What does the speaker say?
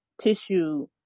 tissue